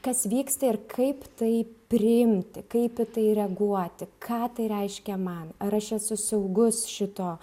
kas vyksta ir kaip tai priimti kaip į tai reaguoti ką tai reiškia man ar aš esu saugus šito